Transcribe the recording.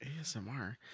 ASMR